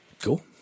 cool